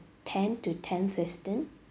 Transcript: ten to ten fifteen